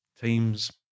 teams